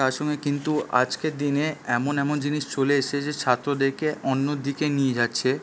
তার সঙ্গে কিন্তু আজকের দিনে এমন এমন জিনিস চলে এসেছে ছাত্রদেরকে অন্য দিকে নিয়ে যাচ্ছে